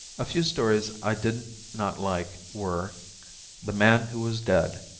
a few stories i did not like were the man who was dead,